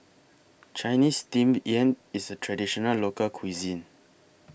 Chinese Steamed Yam IS A Traditional Local Cuisine